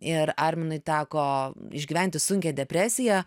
ir arminui teko išgyventi sunkią depresiją